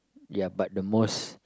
ya but the most